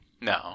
No